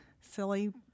silly